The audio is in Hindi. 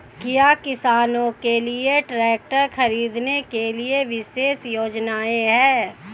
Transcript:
क्या किसानों के लिए ट्रैक्टर खरीदने के लिए विशेष योजनाएं हैं?